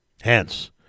Hence